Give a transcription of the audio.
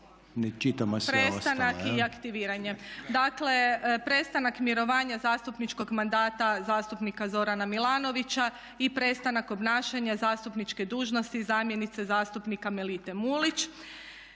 Prestanak i aktiviranje. Dakle, prestanak mirovanja zastupničkog mandata zastupnika Zorana Milanovića i prestanak obnašanja zastupniče dužnosti zamjenice zastupnika Melite Mulić.